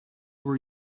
were